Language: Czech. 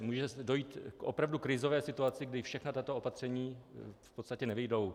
Může dojít k opravdu krizové situaci, kdy všechna tato opatření v podstatě nevyjdou.